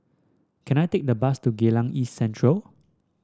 can I take a bus to Geylang East Central